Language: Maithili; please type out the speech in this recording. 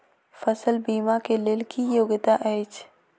फसल बीमा केँ लेल की योग्यता अछि?